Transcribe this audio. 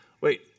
wait